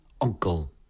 Uncle